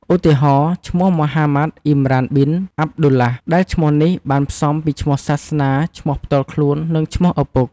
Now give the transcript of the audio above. ឧទាហរណ៍ ឈ្មោះម៉ូហាម៉ាត់ អ៊ីមរ៉ាន ប៊ីន អាប់ឌុលឡាហ្វ ដែលឈ្មោះនេះបានផ្សំពីឈ្មោះសាសនា ឈ្មោះផ្ទាល់ខ្លួន និងឈ្មោះឪពុក ។